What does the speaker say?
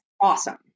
awesome